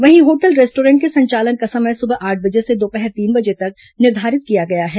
वहीं hotel restaurant के संचालन का समय सुबह आठ बजे से दोपहर तीन बजे तक निर्धारित किया गया है